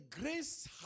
grace